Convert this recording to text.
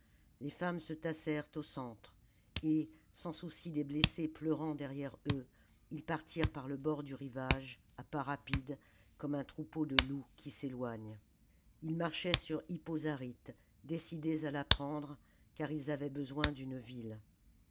les femmes se tassèrent au centre et sans souci des blessés pleurant derrière eux ils partirent par le bord du rivage à pas rapides comme un troupeau de loups qui s'éloignent ils marchaient sur hippo zaryte décidés à la prendre car ils avaient besoin d'une ville